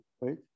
right